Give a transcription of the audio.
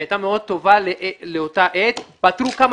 שהייתה מאוד טובה לאותה עת ופתרו כמה